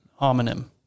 homonym